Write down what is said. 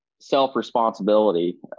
self-responsibility